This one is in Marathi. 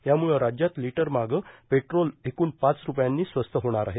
याम्रळं राज्यात लिटरमागं पेट्रोल एकूण पाच रुपयांनी स्वस्त होणार आहे